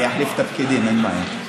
אני אחליף תפקידים, אין בעיה.